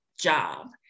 job